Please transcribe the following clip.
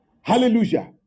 Hallelujah